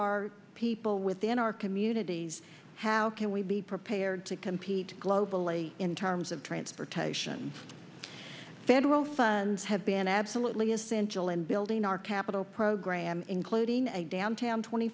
our people within our communities how can we be prepared to compete globally in terms of transportation federal funds have been absolutely essential in building our capital program including a downtown twenty